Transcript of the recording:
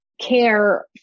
care